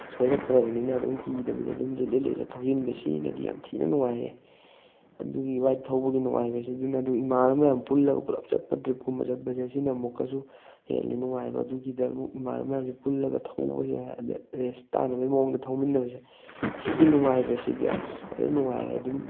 ꯁꯣꯏꯔꯛꯇ꯭ꯔꯃꯤꯅ ꯑꯗꯨꯝ ꯀꯤꯗꯕꯤꯗ ꯑꯗꯨꯝ ꯂꯤꯠꯂ ꯂꯤꯠꯂ ꯊꯧꯖꯤꯟꯕꯁꯤꯅꯗꯤ ꯌꯥꯝ ꯊꯤꯅ ꯅꯨꯡꯉꯥꯏꯌꯦ ꯑꯗꯨꯒꯤ ꯕꯥꯏꯛ ꯊꯧꯕꯒꯤ ꯅꯨꯡꯉꯥꯏꯕꯁꯤ ꯑꯗꯨꯅ ꯑꯗꯨ ꯏꯃꯥꯟꯅꯕ ꯃꯌꯥꯝ ꯄꯨꯜꯂꯒ ꯄꯨꯂꯞ ꯆꯠꯄ ꯇ꯭ꯔꯤꯞꯀꯨꯝꯕ ꯆꯠꯄꯁꯦ ꯁꯤꯅ ꯑꯃꯨꯛꯀꯁꯨ ꯍꯦꯜꯂꯦ ꯅꯨꯡꯉꯥꯏꯕ ꯑꯗꯨꯒꯤꯗ ꯑꯃꯨꯛ ꯏꯃꯥꯟꯅꯕ ꯃꯌꯥꯝꯁꯦ ꯄꯨꯜꯂꯒ ꯊꯧꯕꯁꯦ ꯑꯗ ꯔꯦꯁ ꯇꯥꯟꯅꯕꯒꯤ ꯃꯑꯣꯡꯗ ꯊꯧꯃꯤꯟꯅꯕꯁꯦ ꯁꯤꯒꯤ ꯅꯨꯡꯉꯥꯏꯕꯁꯤꯗꯤ ꯑꯁ ꯐꯖꯅ ꯅꯨꯡꯉꯥꯏꯔꯦ ꯑꯗꯨꯝ